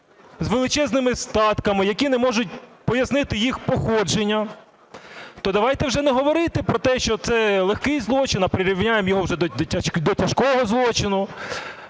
з величезними статками, які не можуть пояснити їх походження, то давайте вже не говорити про те, що це легкий злочин, а прирівняємо його вже до тяжкого злочину.